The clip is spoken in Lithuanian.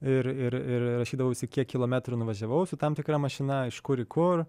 ir ir ir rašydavausi kiek kilometrų nuvažiavau su tam tikra mašina iš kur į kur